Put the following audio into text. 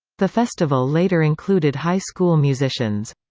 the festival later included high school musicians.